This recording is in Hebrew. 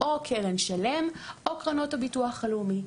או קרן שלם או קרנות הביטוח הלאומי.